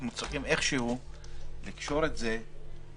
אנחנו צריכים איכשהו לקשור את זה לקורונה.